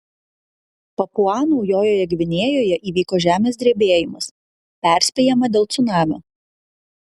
papua naujojoje gvinėjoje įvyko žemės drebėjimas perspėjama dėl cunamio